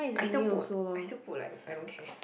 I still put I still put like I don't care